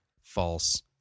false